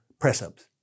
press-ups